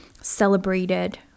celebrated